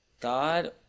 God